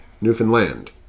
Newfoundland